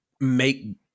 make